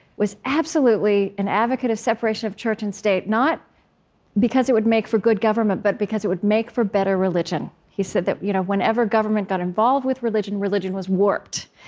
was absolutely an advocate of separation of church and state, not because it would make for good government, but because it would make for better religion. he said that you know whenever government got involved with religion, religion was warped.